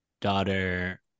Daughter